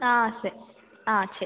ஆ சரி ஆ சரி